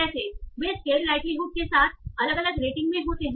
कैसे वे scaled likelihood के साथ अलग अलग रेटिंग में होते हैं